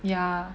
yeah